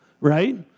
right